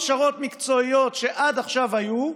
אפילו הכשרות מקצועיות שעד עכשיו היו,